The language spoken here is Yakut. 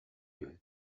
үһү